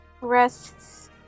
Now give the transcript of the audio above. rests